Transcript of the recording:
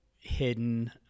hidden